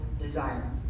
desire